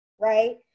right